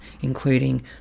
including